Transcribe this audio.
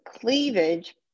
cleavage